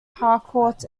harcourt